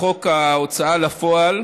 היושבת-ראש,